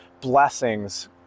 blessings